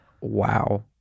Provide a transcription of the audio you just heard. wow